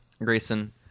Grayson